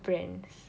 friends